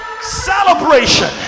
celebration